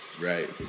Right